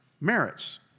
merits